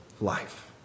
life